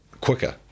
quicker